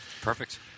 perfect